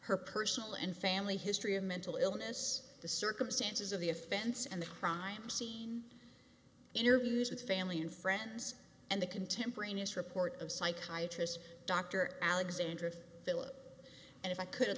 her personal and family history of mental illness the circumstances of the offense and the crime scene interviews with family and friends and the contemporaneous report of psychiatry as dr alexandra phillip and if i could